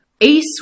Ace